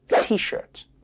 t-shirt